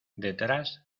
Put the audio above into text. detrás